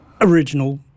original